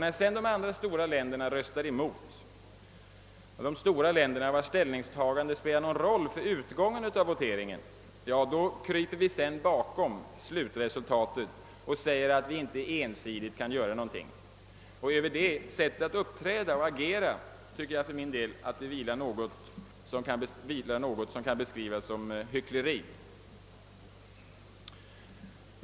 När sedan de stora länderna, vilkas ställningstagande spelar någon roll för utgången av voteringen, röstar emot kryper vi bakom slutresultatet och. säger att vi inte ensidigt kan göra någonting. Över det sättet att uppträda och agera tycker jag att det vilar något som kan beskrivas som hyckleri.